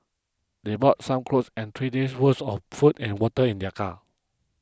they bought some clothes and three days' worth of food and water in their car